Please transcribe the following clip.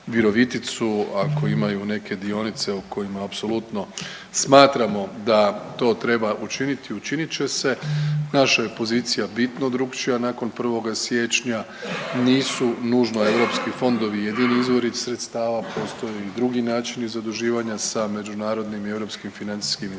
ako imaju neke dionice o kojima apsolutno smatramo da to treba učiniti, učinit će se. Naša je pozicija bitno drukčija nakon prvoga siječnja. Nisu nužno europski fondovi jedini izvori sredstava, postoje i drugi načini zaduživanja sa međunarodnim i europskim financijskim institucijama